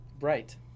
Right